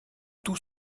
tous